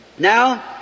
Now